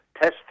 test